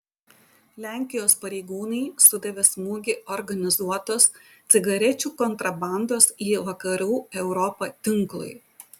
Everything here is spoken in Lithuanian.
lenkijos pareigūnai sudavė smūgį organizuotos cigarečių kontrabandos į vakarų europą tinklui